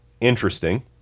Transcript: Interesting